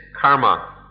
karma